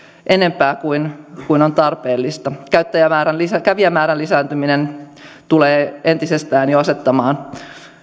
enempää kuin kuin on tarpeellista kävijämäärän lisääntyminen entisestään tulee jo asettamaan